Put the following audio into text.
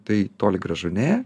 tai toli gražu ne